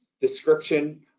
description